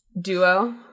Duo